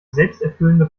selbsterfüllende